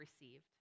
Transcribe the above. received